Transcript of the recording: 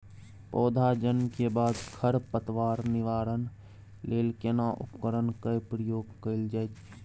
पौधा जन्म के बाद खर पतवार निवारण लेल केना उपकरण कय प्रयोग कैल जाय?